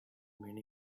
many